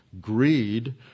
greed